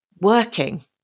working